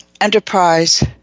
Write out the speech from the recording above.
Enterprise